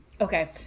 okay